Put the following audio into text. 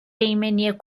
ایمنی